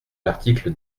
l’article